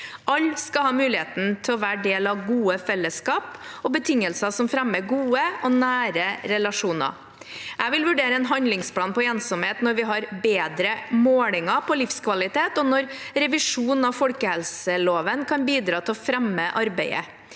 Alle skal ha muligheten til å være del av gode fellesskap og betingelser som fremmer gode og nære relasjoner. Jeg vil vurdere en handlingsplan mot ensomhet når vi har bedre målinger på livskvalitet, og når revisjon av folkehelseloven kan bidra til å fremme arbeidet.